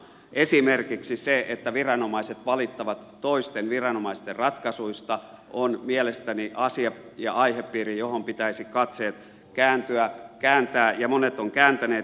esimerkiksi se että viranomaiset valittavat toisten viranomaisten ratkaisuista on mielestäni asia ja aihepiiri johon pitäisi katseet kääntää ja monet ovat kääntäneetkin